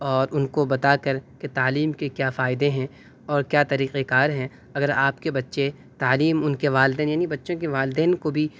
اور ان کو بتا کر کہ تعلیم کے کیا فائدے ہیں اور کیا طریقۂ کار ہیں اگر آپ کے بچے تعلیم ان کے والدین یعنی بچوں کے والدین کو بھی